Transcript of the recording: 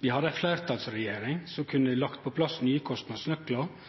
vi hadde ei fleirtalsregjering som kunne